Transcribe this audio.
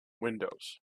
windows